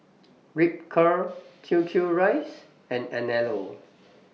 Ripcurl Q Q Rice and Anello